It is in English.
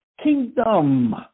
kingdom